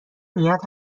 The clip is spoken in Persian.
نیت